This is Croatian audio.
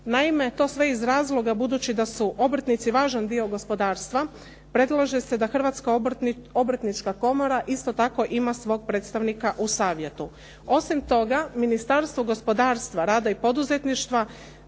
Naime, to sve iz razloga budući da su obrtnici važan dio gospodarstva predlaže se da Hrvatska obrtnička komora isto tako ima svog predstavnika u savjetu. Osim toga, Ministarstvo gospodarstva, rada i poduzetništva